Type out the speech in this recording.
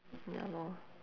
ya lor